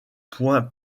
points